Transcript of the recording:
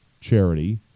charity